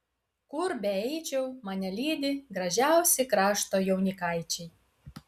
kur beeičiau mane lydi gražiausi krašto jaunikaičiai